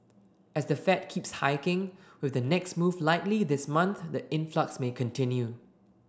as the Fed keeps hiking with the next move likely this month the influx may continue